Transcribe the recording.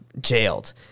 jailed